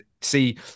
see